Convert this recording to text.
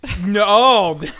No